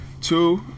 Two